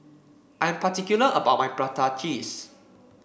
I am particular about my Prata Cheese